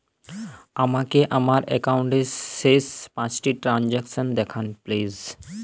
আমাকে আমার একাউন্টের শেষ পাঁচটি ট্রানজ্যাকসন দেখান প্লিজ